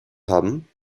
haben